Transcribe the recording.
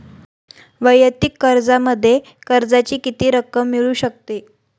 वैयक्तिक कर्जामध्ये कर्जाची किती रक्कम मिळू शकते?